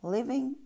Living